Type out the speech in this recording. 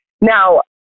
Now